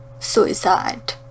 Suicide